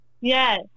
Yes